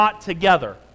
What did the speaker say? together